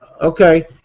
Okay